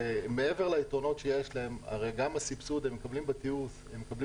מעבר ליתרונות שיש להם בתיעוש הם מקבלים